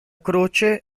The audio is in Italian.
croce